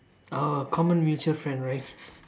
orh common mutual friend right